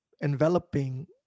enveloping